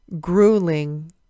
Grueling